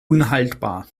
unhaltbar